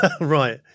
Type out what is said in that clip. Right